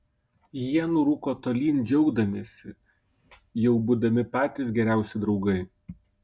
jie nurūko tolyn džiaugdamiesi jau būdami patys geriausi draugai